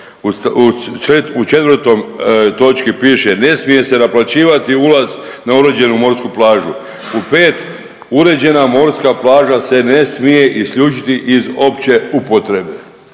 U 4. točki piše, ne smije se naplaćivati ulaz na uređenu morsku plažu. U 5., uređena morska plaža se ne smije isključiti iz opće upotrebe.